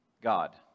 God